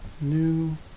New